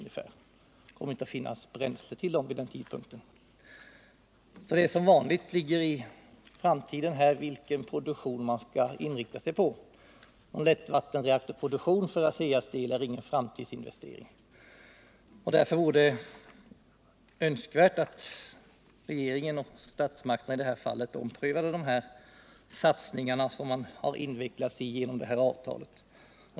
Det kommer inte att finnas bränsle till dem efter den tidpunkten. Som vanligt beror det på den framtida utvecklingen vilken produktion man skall inrikta sig på. Någon lättvattenreaktorsproduktion för ASEA:s del är ingen framtidsinvestering. Därför vore det önskvärt att regeringen och statsmakterna i det här fallet omprövade de här satsningarna som man har invecklat sig i genom detta avtal.